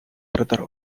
brother